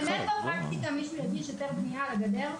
באמת לא הבנתי, מישהו יגיש היתר בנייה על גדר?